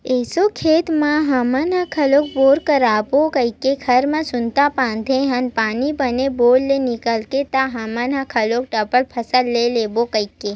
एसो खेत म हमन ह घलोक बोर करवाबो कहिके घर म सुनता बांधे हन पानी बने बोर ले निकल गे त हमन ह घलोक डबल फसल ले लेबो कहिके